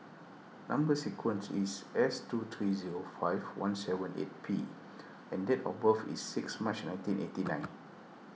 Number Sequence is S two three zero five one seven eight P and date of birth is six March nineteen eighty nine